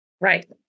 right